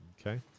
Okay